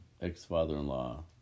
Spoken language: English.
ex-father-in-law